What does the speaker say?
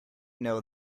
know